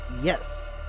Yes